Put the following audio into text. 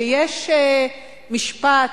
שיש משפט,